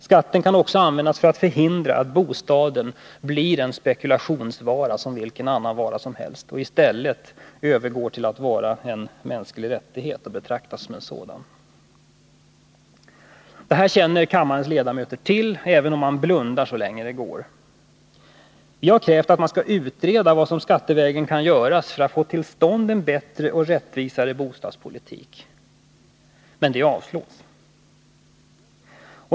Skatten kan också användas för att förhindra att bostaden blir en spekulationsvara som vilken annan vara som helst. Vi vill att den skall övergå till att vara en mänsklig rättighet och betraktas som en sådan. Det här känner kammarens ledamöter till, även om man blundar så länge det går. Vi har krävt att man skall utreda vad som skattevägen kan göras för att få till stånd en bättre och rättvisare bostadspolitik, men det avslås.